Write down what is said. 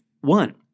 one